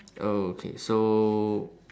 oh okay so